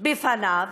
שבפניו.